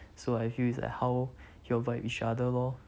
so I feel it's like how you all void each other lor